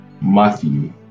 Matthew